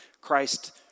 Christ